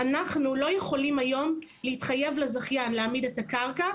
אנחנו לא יכולים היום להתחייב לזכיין להעמיד את הקרקע,